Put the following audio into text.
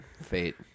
Fate